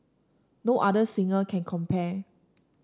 no other singer can compare